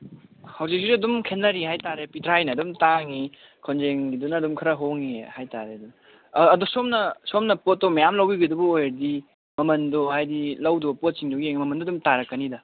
ꯍꯧꯖꯤꯛꯁꯨ ꯑꯗꯨꯝ ꯈꯦꯠꯅꯔꯤ ꯍꯥꯏꯕꯇꯥꯔꯦ ꯄꯤꯊ꯭ꯔꯥꯏꯅ ꯑꯗꯨꯝ ꯇꯥꯡꯉꯤ ꯀꯣꯟꯖꯦꯟꯒꯤꯗꯨꯅ ꯑꯗꯨꯝ ꯈꯔ ꯍꯣꯡꯉꯤ ꯍꯥꯏꯕꯇꯥꯔꯦ ꯑꯗꯨꯝ ꯑꯗꯣ ꯁꯣꯝꯅ ꯄꯣꯠꯇꯣ ꯃꯌꯥꯝꯃ ꯂꯧꯕꯤꯒꯗꯕ ꯑꯣꯏꯔꯒꯗꯤ ꯃꯃꯜꯗꯣ ꯍꯥꯏꯕꯗꯤ ꯂꯧꯒꯗꯧꯕ ꯄꯣꯠꯁꯤꯡꯗꯨꯒꯤ ꯃꯃꯜꯗꯣ ꯑꯗꯨꯝ ꯇꯥꯔꯛꯀꯅꯤꯗ